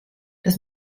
dass